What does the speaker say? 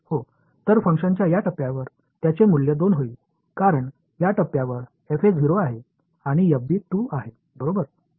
எனவே இது செயல்பாட்டின் இந்த கட்டத்தில் மதிப்பு 2 ஆக இருக்கும் ஏனெனில் இந்த கட்டத்தில் fa 0 மற்றும் fb 2 எனவே 2 மடங்கு fb உள்ளது என்று அர்த்தம்